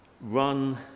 run